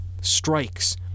strikes